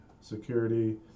Security